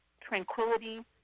tranquility